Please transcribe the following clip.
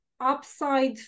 Upside